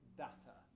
data